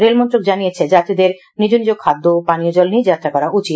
রেলমন্ত্রক জানিয়েছে যাত্রীদের নিজ খাদ্য ও পানীয় জল নিয়ে যাত্রা করা উচিত